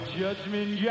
judgment